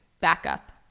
backup